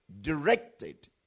directed